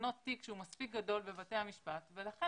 לבנות תיק שהוא מספיק גדול בבתי המשפט ולכן